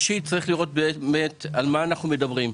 צריך לראות באמת על מה אנחנו מדברים.